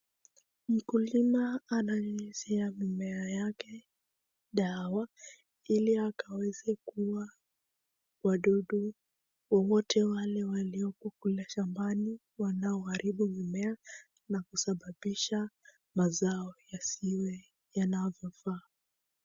Mkulima ananyunyizia mimea yake dawa ili akaweze kuua wadudu wowote wale walioko kule shambani wanaoharibu mimea na kusababisha mazao yasiwe yanavyofaa.